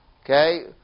Okay